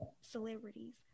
celebrities